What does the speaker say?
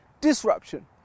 disruption